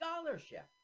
scholarship